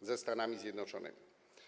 ze Stanami Zjednoczonymi.